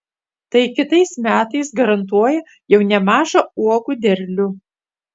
tai kitais metais garantuoja jau nemažą uogų derlių